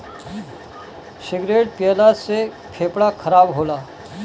cigarette पियला से फेफड़ा खराब होला